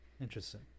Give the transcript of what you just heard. interesting